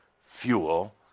fuel